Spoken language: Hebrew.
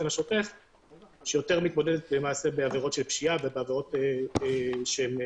השוטף שמתמודדת עם עבירות פשיעה ועבירות אחרות.